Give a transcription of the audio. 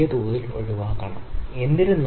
01 ലെവലിൽ അല്ലെങ്കിൽ 0